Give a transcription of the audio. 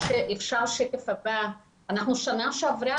בשנה שעברה